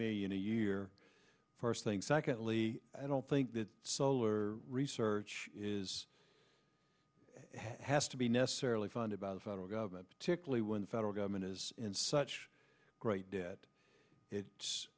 million a year first thing secondly i don't think that solar research is has to be necessarily found about the federal government particularly when the federal government is in such great debt it's